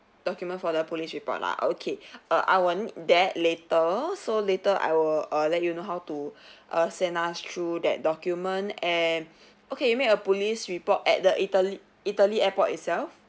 document for the police report lah okay err I will need that later so later I will err let you know how to err send us through that document and okay you made a police report at the italy italy airport itself